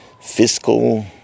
fiscal